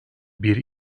bir